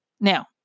Now